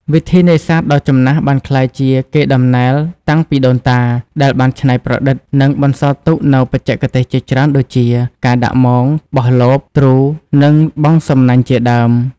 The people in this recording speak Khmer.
វិធីនេសាទដ៏ចំណាស់បានក្លាយជាកេរដំណែលតាំងពីដូនតា ដែលបានច្នៃប្រឌិត និងបន្សល់ទុកនូវបច្ចេកទេសជាច្រើនដូចជា ការដាក់មង បោះលប ទ្រូ និងបង់សំណាញ់ជាដើម។